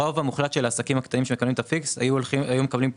הרוב המוחלט של העסקים הקטנים שמקבל את הסכום פיקס היו מקבלים פחות.